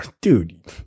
Dude